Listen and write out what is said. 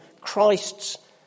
Christ's